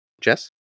Jess